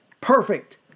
perfect